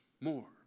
more